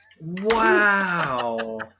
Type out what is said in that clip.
Wow